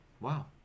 wow